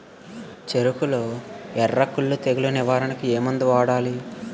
చెఱకులో ఎర్రకుళ్ళు తెగులు నివారణకు ఏ మందు వాడాలి?